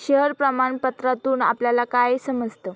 Share प्रमाण पत्रातून आपल्याला काय समजतं?